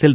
L